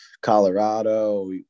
Colorado